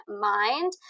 mind